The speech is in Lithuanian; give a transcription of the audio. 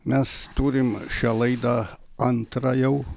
mes turim šią laidą antrą jau